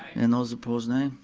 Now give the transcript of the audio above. and those opposed, nay,